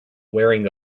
wearing